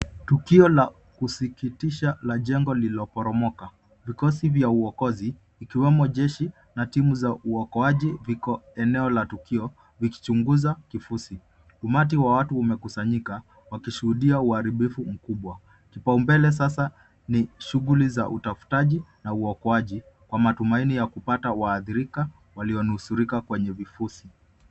Tukio la kusikitisha la jengo lililoporomoka. Vikosi vya uokozi, ikiwemo jeshi na timu za uokoaji, viko eneo la tukio vikichunguza kifusi. Umati wa watu umekusanyika wakishuhudia uharibifu mkubwa. Kipa umbele sasa ni shughuli za utaftaji na uokoaji kwa matumaini ya kupata waadhirika walionusurika kwenye vifusi.